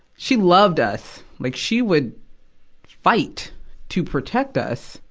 she loved us. like, she would fight to protect us,